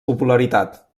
popularitat